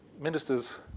ministers